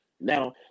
Now